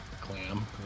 clam